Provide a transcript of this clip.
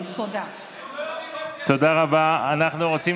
תצא ותחזור